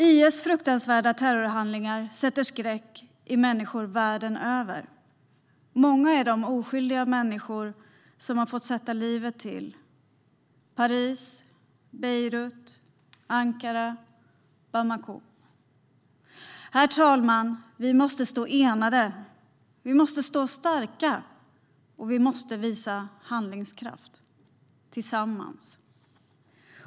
IS fruktansvärda terrorhandlingar sätter skräck i människor världen över. Många är de oskyldiga människor som har fått sätta livet till i Paris, Beirut, Ankara, Bamako. Herr talman! Vi måste stå enade, vi måste stå starka och vi måste visa handlingskraft, tillsammans.